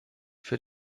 für